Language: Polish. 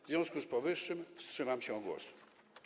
W związku z powyższym wstrzymam się od głosu.